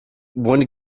one